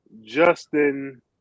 Justin